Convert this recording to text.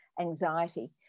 anxiety